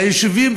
יישובים,